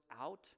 out